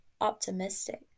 optimistic